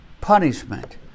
punishment